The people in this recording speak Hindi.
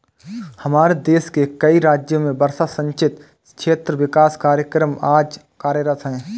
हमारे देश के कई राज्यों में वर्षा सिंचित क्षेत्र विकास कार्यक्रम आज कार्यरत है